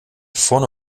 vorne